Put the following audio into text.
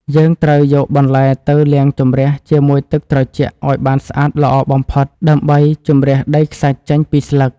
យើងត្រូវយកបន្លែទៅលាងជម្រះជាមួយទឹកត្រជាក់ឱ្យបានស្អាតល្អបំផុត ដើម្បីជម្រះដីខ្សាច់ចេញពីស្លឹក។